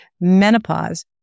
menopause